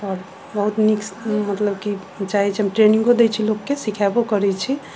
आओर बहुत नीक मतलब कि चाहैत छी हम ट्रेनिंगो दै छी लोककेँ सीखेबो करैत छी